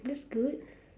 looks good